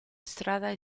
strada